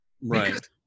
right